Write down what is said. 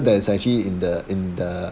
that is actually in the in the